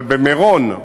אבל במירון,